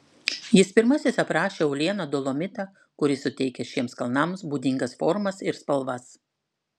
jis pirmasis aprašė uolieną dolomitą kuris suteikia šiems kalnams būdingas formas ir spalvas